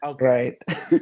right